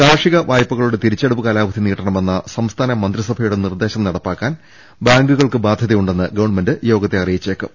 കാർഷിക വായ്പകളുടെ തിരിച്ചടവ് കാലാവധി നീട്ടണമെന്ന സംസ്ഥാന മന്ത്രിസഭയുടെ നിർദേശം നടപ്പാക്കാൻ ബാങ്കുകൾക്ക് ബാധ്യതയുണ്ടെന്ന് ഗവൺമെന്റ് യോഗത്തെ അറിയിച്ചേക്കും